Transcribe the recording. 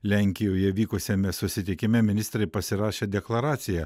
lenkijoje vykusiame susitikime ministrai pasirašė deklaraciją